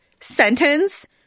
sentence